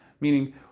Meaning